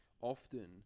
often